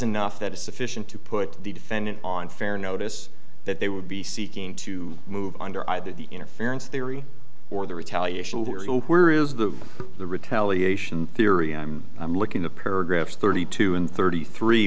enough that is sufficient to put the defendant on fair notice that they would be seeking to move under either the interference they were or the retaliation where is the the retaliation theory i'm i'm looking the paragraphs thirty two and thirty three